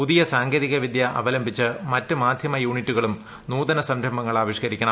പുതിയ സാങ്കേതിക വിദ്യ അവലംബിച്ച് മറ്റ് മാധ്യമ യൂണിറ്റുകുളും നൂതന സംരംഭങ്ങൾ ആവിഷ്കരിക്കണം